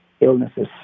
illnesses